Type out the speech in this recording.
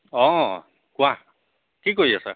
অঁ কোৱা কি কৰি আছা